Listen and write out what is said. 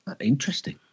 interesting